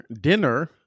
dinner